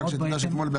רק תדע שאתמול,